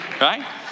right